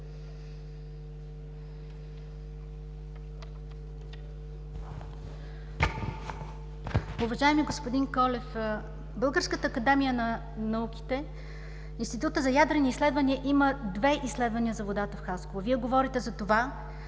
Уважаеми господин Колев, Българската академия на науките, Институтът за ядрени изследвания има две изследвания за водата в Хасково. Вие говорите за това,